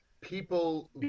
people